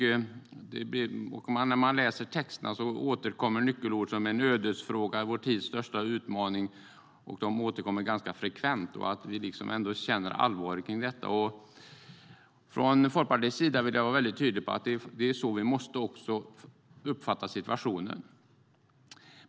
När man läser texterna återkommer nyckelord som ödesfråga och vår tids största utmaning ganska frekvent. Vi känner allvaret i detta. Jag vill från Folkpartiets sida vara tydlig med att det är så vi måste uppfatta situationen.